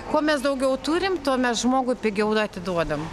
kuo mes daugiau turim tuo mes žmogui pigiau atiduodam